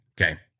Okay